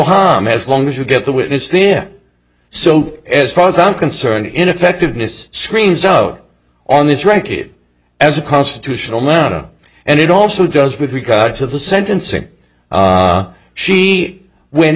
harm as long as you get the witness then so as far as i'm concerned ineffectiveness screens out on this wreckage as a constitutional noun and it also does with regard to the sentencing she when